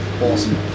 Awesome